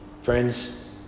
Friends